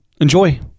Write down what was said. Enjoy